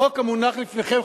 החוק המונח לפניכם,